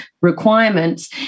requirements